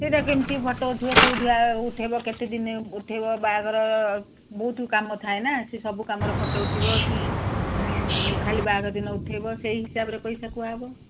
ସେଇଟା କେମିତି ଫଟୋ ଉଠିବ କେଉଁଠିଆ ଉଠାଇବ କେତେ ଦିନ ଉଠାଇବ ବାହାଘର ବହୁତ କାମ ଥାଏ ନା ସେ ସବୁ କାମର ଫଟୋ ଉଠିବ କି ଖାଲି ବାହାଘର ଦିନ ଉଠାଇବ ସେଇ ହିସାବରେ ପଇସା କୁହାହବ